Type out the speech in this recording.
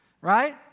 right